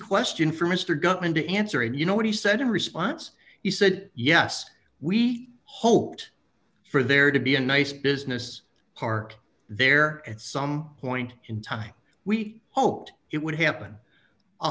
question for mr gutman to answer and you know what he said in response he said yes we hoped for there to be a nice business park there at some point in time we hoped it would happen